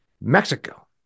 Mexico